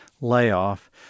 layoff